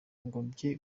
bye